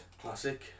Classic